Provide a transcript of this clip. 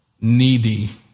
needy